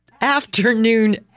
afternoon